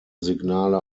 signale